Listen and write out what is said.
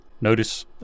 Notice